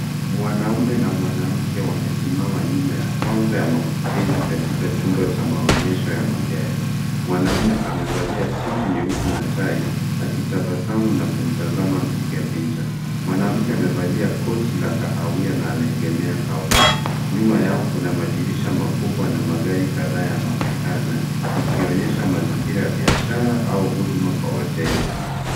Mwanaume na mwanamke wamesimama nyuma ya kaunta ya mapokezi katika chumba cha maonyesho ya magari. Mwanaume amevalia suti nyeusi na tai akitabasamu na kumtazama mpigapicha. Mwanamke amevalia koti la kahawia na anaegemea kaunta. Nyuma yao kuna madirisha makubwa na magari kadhaa yanaonekana likionyesha mazingira ya biashara au huduma kwa wateja.